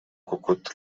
cucut